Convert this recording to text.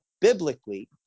biblically